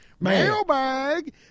Mailbag